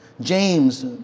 James